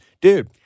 Dude